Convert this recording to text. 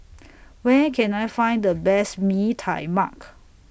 Where Can I Find The Best Mee Tai Mak